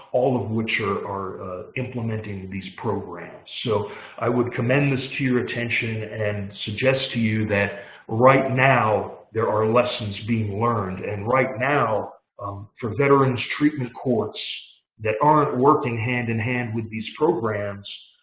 all of which are are implementing these programs. so i would commend this your attention and suggest to you that right now there are lessons being learned. and right now for veterans treatment courts that aren't working hand-in-hand with these programs,